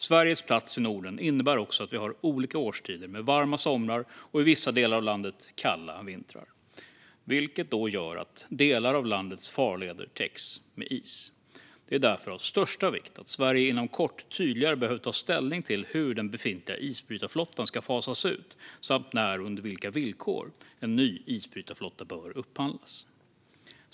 Sveriges plats i Norden innebär också att vi har olika årstider med varma somrar och i vissa delar av landet kalla vintrar, vilket då gör att delar av landets farleder täcks med is. Det är därför av största vikt att Sverige inom kort tydligare behöver ta ställning till hur den befintliga isbrytarflottan ska fasas ut samt när och på vilka villkor en ny isbrytarflotta bör upphandlas.